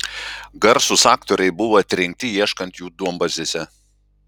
garsūs aktoriai buvo atrinkti ieškant jų duombazėse